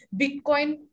Bitcoin